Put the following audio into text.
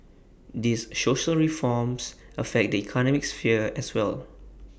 these social reforms affect the economic sphere as well